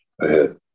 ahead